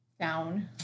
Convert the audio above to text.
down